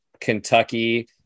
Kentucky